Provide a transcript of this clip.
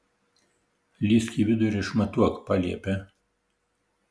lįsk į vidų ir išmatuok paliepia